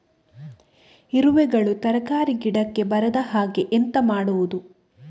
ಇರುವೆಗಳು ತರಕಾರಿ ಗಿಡಕ್ಕೆ ಬರದ ಹಾಗೆ ಎಂತ ಮಾಡುದು?